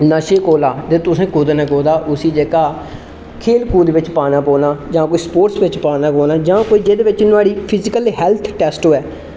नशे कोला ते तुसें कुतै ना कुतै उसी जेह्का खेल कूद बिच पाना पौना जां कोई स्पोर्ट्स बिच पाना पौना जां कोई जेह्दे बिच नुआढ़ी फिजिकल हैल्थ टैस्ट होवे